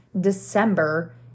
December